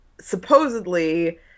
supposedly